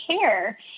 care